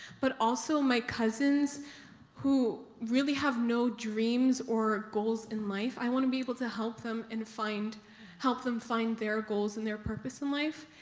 but also my cousins who really have no dreams or goals in life. i want to be able to help them and help them find their goals and their purpose in life.